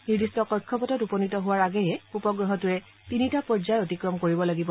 নিৰ্দিষ্ট কক্ষপথত উপনীত হোৱাৰ আগেয়ে উপগ্ৰহটোৱে তিনিটা পৰ্যায়ত অতিক্ৰম কৰিব লাগিব